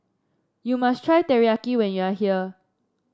you must try Teriyaki when you are here